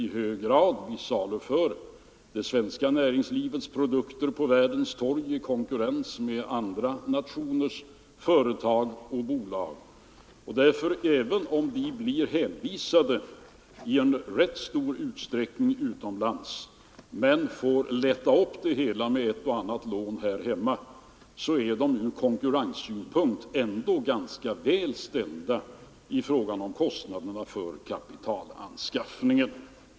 Vi saluför det svenska näringslivets produkter på världens torg i konkurrens med andra nationers företag och bolag. Även om de svenska företagen i rätt stor utsträckning blir hänvisade till utlandet och får lätta upp det hela med ett och annat lån här hemma, är de svenska företagen från konkurrenssynpunkt ändå ganska väl ställda när det gäller kostnaderna för kapitalanskaffningen.